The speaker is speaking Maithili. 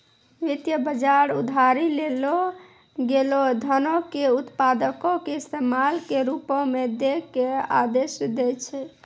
वित्त बजार उधारी लेलो गेलो धनो के उत्पादको के इस्तेमाल के रुपो मे दै के आदेश दै छै